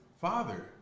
father